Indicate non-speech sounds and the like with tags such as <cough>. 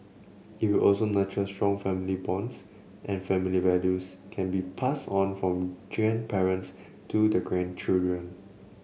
it will also nurture strong family bonds and family values can be passed on from <unintelligible> grandparents to their grandchildren